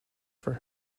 for